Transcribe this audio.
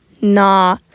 Nah